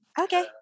Okay